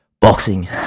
Boxing